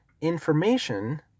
information